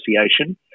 Association